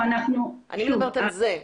אני מדברת על זה.